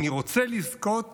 אני רוצה לזכות